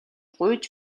гуйж